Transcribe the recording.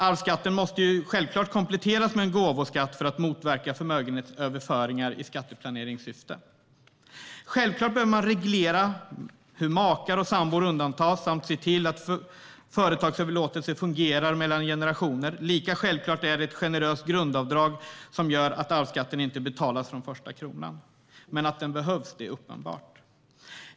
Arvsskatten måste självklart kompletteras med en gåvoskatt för att motverka förmögenhetsöverföringar i skatteplaneringssyfte. Självklart behöver man reglera hur makar och sambor undantas och se till att företagsöverlåtelser fungerar mellan generationer. Lika självklart är ett generöst grundavdrag som gör att arvsskatten inte betalas från första kronan. Men att den behövs är uppenbart.